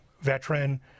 veteran